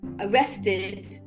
arrested